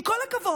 עם כל הכבוד,